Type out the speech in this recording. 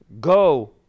Go